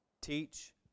Teach